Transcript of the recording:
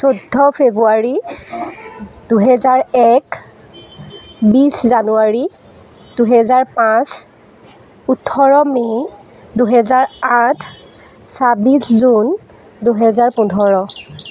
চৈধ্য ফেব্ৰুৱাৰী দুহেজাৰ এক বিছ জানুৱাৰী দুহেজাৰ পাঁচ ওঠৰ মে' দুহেজাৰ আঠ চাবিছ জুন দুহেজাৰ পোন্ধৰ